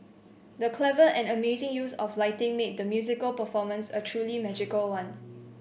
the clever and amazing use of lighting made the musical performance a truly magical one